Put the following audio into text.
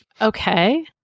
Okay